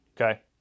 okay